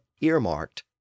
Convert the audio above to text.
earmarked